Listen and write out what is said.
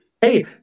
Hey